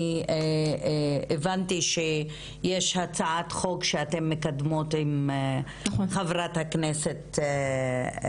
הבנתי שיש הצעת חוק שאתן מקדמות עם ח"כ בזק.